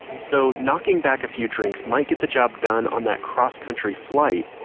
so knocking back a few drinks might get the job done on that cross-country flight,